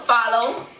Follow